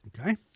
Okay